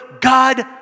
God